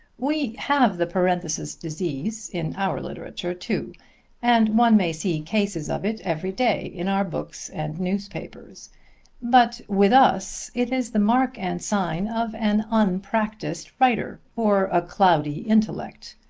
we have the parenthesis disease in our literature, too and one may see cases of it every day in our books and newspapers but with us it is the mark and sign of an unpracticed writer or a cloudy intellect,